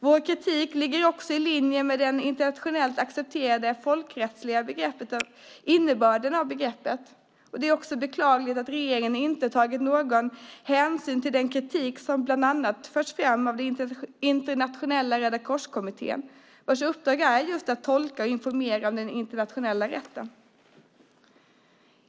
Vår kritik ligger i linje med den internationellt accepterade folkrättsliga innebörden av begreppet. Det är beklagligt att regeringen inte tagit någon som helst hänsyn till den kritik som bland annat framförts av Internationella Rödakorskommittén, vars uppdrag är just att tolka och informera om den internationella humanitära rätten.